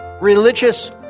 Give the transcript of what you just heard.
religious